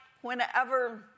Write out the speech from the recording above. whenever